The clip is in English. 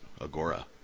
agora